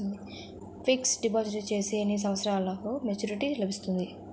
Fixed deposit చేస్తే ఎన్ని సంవత్సరంకు మెచూరిటీ లభిస్తుంది?